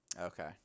Okay